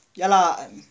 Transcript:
ya lah and